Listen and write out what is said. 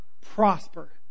prosper